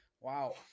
Wow